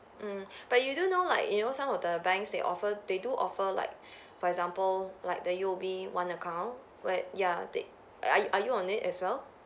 mm but you do know like you know some of the banks they offer they do offer like for example like the U_O_B one account where ya they are you are you on it as well